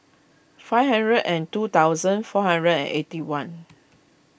five hundred and two thousand four hundred and eighty one